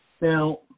Now